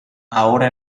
ahora